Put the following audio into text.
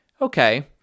okay